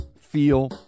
feel